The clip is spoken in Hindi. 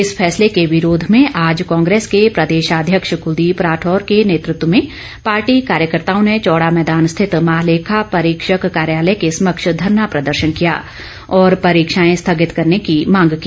इस फैसले के विरोध में आज कांग्रेस के प्रदेशाध्यक्ष कुलदीप राठौर के नेतृत्व में पार्टी कार्यकर्ताओं ने चौड़ा मैदान स्थित महालेखा परीक्षक कार्यालय के समक्ष धरना प्रदर्शन किया और परीक्षाएं स्थगित करने की मांग की